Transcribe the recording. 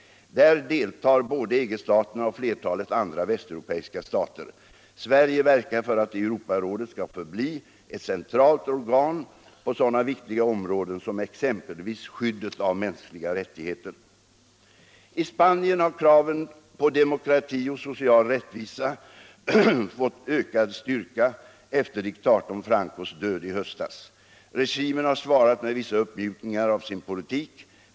Där deltar både EG-staterna och flertalet andra västeuropeiska stater. Sverige verkar för att Europarådet skall förbli ett centralt organ på sådana viktiga områden som exempelvis skyddet av mänskliga rättigheter. I Spanien har kraven på demokrati och social rättvisa fått ökad styrka efter diktatorn Francos död i höstas. Regimen har svarat med vissa uppmjukningar av sin politik.